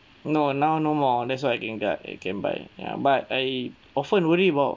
no now no more that's why I can get I can buy ya but I often worry about